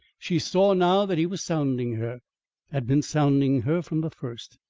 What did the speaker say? she saw now that he was sounding her had been sounding her from the first.